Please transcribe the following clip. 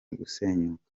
gusenyuka